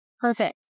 Perfect